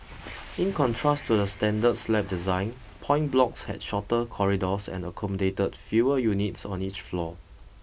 in contrast to the standard slab design point blocks had shorter corridors and accommodated fewer units on each floor